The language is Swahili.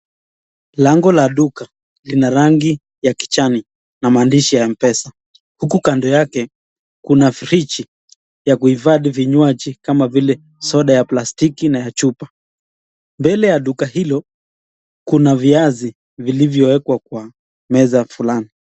Lango la duka lina rangi ya kijani na maandishi ya M-PESA uku kando yake kuna friji ya kuhifadhi vinywaji kama vile soda ya plastiki na ya chupa. Mbele ya duka hilo kuna viazi vilivyowekwa kwa meza fulani.